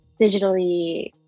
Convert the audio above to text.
digitally